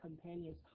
companions